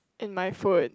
in my food